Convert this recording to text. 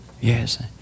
Yes